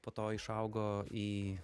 po to išaugo į